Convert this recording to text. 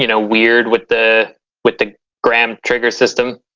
you know. weird, with the with the graham trigger system